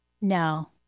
No